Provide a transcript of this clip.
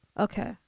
Okay